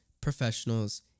professionals